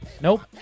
Nope